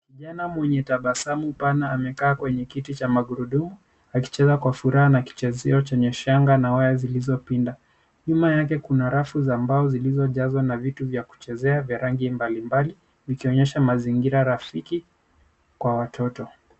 Kijana mwenye tabasamu pana amekaa kwenye kiti cha magurudumu akicheza kwa furaha na kichezeo chenye shanga na waya zilizopinda. Nyuma yake kuna rafu za mbao zilizojazwa na vitu vya kuchezea vya rangi mbalimbali vikionyesha mazingira rafiki kwa watoto.